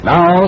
Now